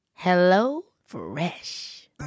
HelloFresh